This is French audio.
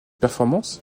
performance